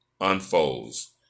Unfolds